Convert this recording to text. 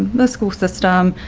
the school system,